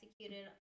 executed